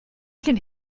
can